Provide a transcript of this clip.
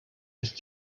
ist